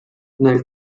nel